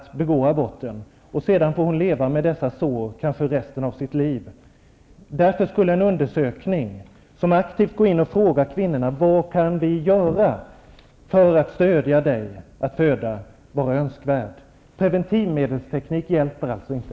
Sedan får hon leva med dessa sår kanske resten av sitt liv. En undersökning, där man frågar kvinnorna vad vi kan göra för att stödja dem att föda, skulle därför vara önskvärd. Preventivmedelsteknik hjälper alltså inte.